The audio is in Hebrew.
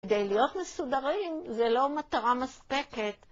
כדי להיות מסודרים זה לא מטרה מספקת